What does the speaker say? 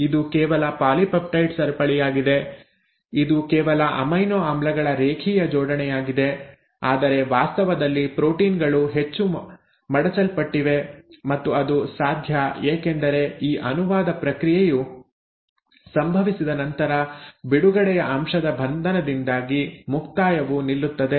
ಇದು ಕೇವಲ ಪಾಲಿಪೆಪ್ಟೈಡ್ ಸರಪಳಿಯಾಗಿದೆ ಇದು ಕೇವಲ ಅಮೈನೋ ಆಮ್ಲಗಳ ರೇಖೀಯ ಜೋಡಣೆಯಾಗಿದೆ ಆದರೆ ವಾಸ್ತವದಲ್ಲಿ ಪ್ರೋಟೀನ್ ಗಳು ಹೆಚ್ಚು ಮಡಚಲ್ಪಟ್ಟಿವೆ ಮತ್ತು ಅದು ಸಾಧ್ಯ ಏಕೆಂದರೆ ಈ ಅನುವಾದ ಪ್ರಕ್ರಿಯೆಯು ಸಂಭವಿಸಿದ ನಂತರ ಬಿಡುಗಡೆಯ ಅಂಶದ ಬಂಧನದಿಂದಾಗಿ ಮುಕ್ತಾಯವು ನಿಲ್ಲುತ್ತದೆ